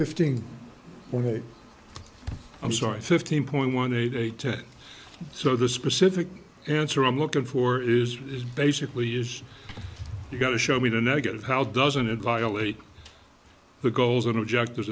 fifteen twenty i'm sorry fifteen point one eight ten so the specific answer i'm looking for is basically is you've got to show me the negative how doesn't it violate the goals and objectives